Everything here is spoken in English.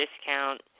discount